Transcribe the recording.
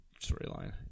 storyline